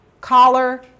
collar